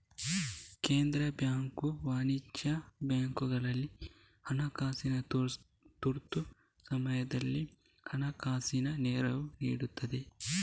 ಕೇಂದ್ರ ಬ್ಯಾಂಕು ವಾಣಿಜ್ಯ ಬ್ಯಾಂಕುಗಳಿಗೆ ಹಣಕಾಸಿನ ತುರ್ತು ಸಮಯದಲ್ಲಿ ಹಣಕಾಸಿನ ನೆರವು ನೀಡ್ತದೆ